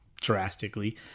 drastically